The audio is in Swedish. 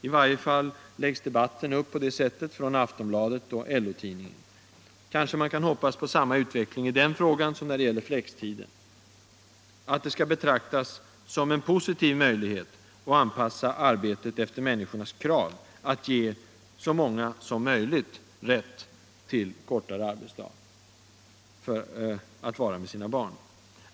I varje fall läggs debatten upp på det sättet i Aftonbladet och LO-tidningen. Kanske man kan hoppas på samma utveckling i den frågan som när det gäller flextiden, att det betraktas som positivt att kunna anpassa arbetet efter människornas krav — att ge så många som möjligt rätt till kortare arbetsdag, så att de kan vara med sina barn.